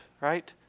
right